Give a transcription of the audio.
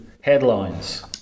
headlines